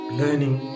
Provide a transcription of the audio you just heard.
learning